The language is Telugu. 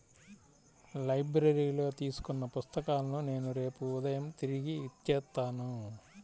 లైబ్రరీలో తీసుకున్న పుస్తకాలను నేను రేపు ఉదయం తిరిగి ఇచ్చేత్తాను